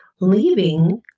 leaving